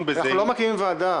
בזה --- אנחנו לא מקימים ועדה.